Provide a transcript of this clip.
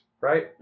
right